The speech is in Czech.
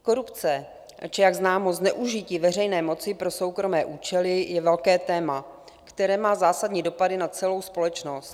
Korupce či jak známo zneužití veřejné moci pro soukromé účely je velké téma, které má zásadní dopady na celou společnost.